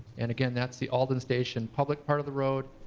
and again that's the alden station public part of the road.